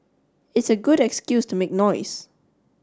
it's a good excuse to make noise